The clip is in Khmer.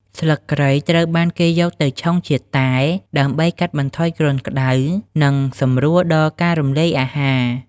ស្លឹកគ្រៃ ត្រូវបានគេយកទៅឆុងជាតែ ដើម្បីកាត់បន្ថយគ្រុនក្តៅ និងសម្រួលដល់ការរំលាយអាហារ។